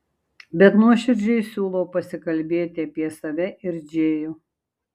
bet nuoširdžiai siūliau pasikalbėti apie save ir džėjų